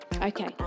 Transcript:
Okay